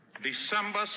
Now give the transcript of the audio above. december